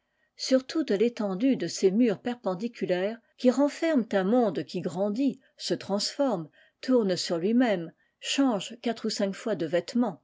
sur toute l'étendue de ces murs perpendic laires qui renferment un monde qui grandit r les se transforme tourne sur lui-même change quatre ou cinq fois de vêlements